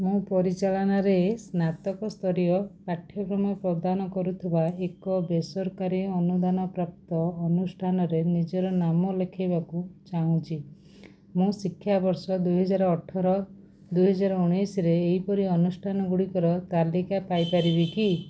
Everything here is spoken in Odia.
ମୁଁ ପରିଚାଳନାରେ ସ୍ନାତକ ସ୍ତରୀୟ ପାଠ୍ୟକ୍ରମ ପ୍ରଦାନ କରୁଥିବା ଏକ ବେସରକାରୀ ଅନୁଦାନ ପ୍ରାପ୍ତ ଅନୁଷ୍ଠାନରେ ନିଜର ନାମ ଲେଖାଇବାକୁ ଚାହୁଁଛି ମୁଁ ଶିକ୍ଷାବର୍ଷ ଦୁଇହଜାର ଅଠର ଦୁଇହଜାର ଉଣେଇଶ ଏହିପରି ଅନୁଷ୍ଠାନଗୁଡ଼ିକର ତାଲିକା ପାଇ ପାରିବି କି